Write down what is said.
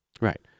Right